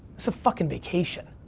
it's a fucking vacation.